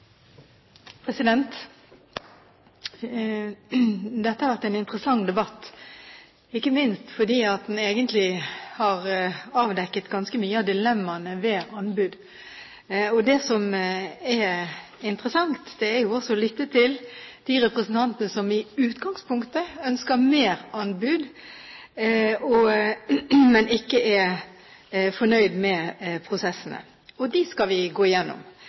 Dette har vært en interessant debatt, ikke minst fordi den egentlig har avdekket ganske mange av dilemmaene ved anbud. Det som er interessant, er å lytte til de representantene som i utgangspunktet ønsker mer anbud, men som ikke er fornøyd med prosessene. Dem skal vi gå igjennom.